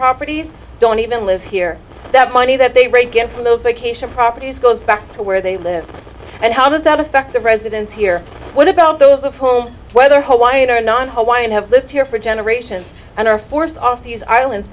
properties don't even live here that money that they rake in from those vacation properties goes back to where they live and how does that affect the residents here what about those of whom whether hawaiian or non hawaiian have lived here for generations and are forced off these islands